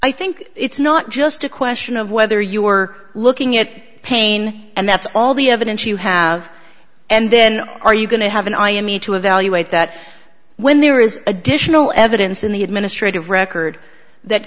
i think it's not just a question of whether you are looking it pain and that's all the evidence you have and then are you going to have an eye on me to evaluate that when there is additional evidence in the administrative record that